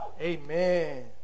Amen